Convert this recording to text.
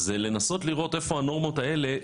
זה לנסות לראות איפה הנורמות האלה,